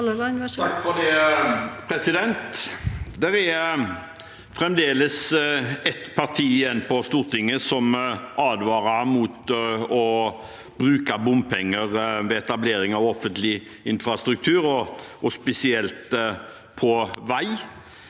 (FrP) Det er fremdeles ett parti igjen på Stortinget som advarer mot å bruke bompenger ved etablering av offentlig infrastruktur, og spesielt på vei,